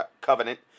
covenant